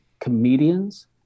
comedians